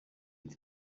iti